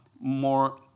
more